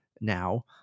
now